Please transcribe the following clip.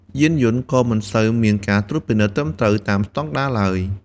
យានយន្តក៏មិនសូវមានការត្រួតពិនិត្យត្រឹមត្រូវតាមស្តង់ដារឡើយ។